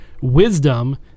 Wisdom